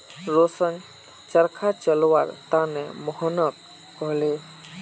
रोशन चरखा चलव्वार त न मोहनक कहले